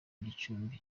gicumbi